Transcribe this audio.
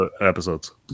episodes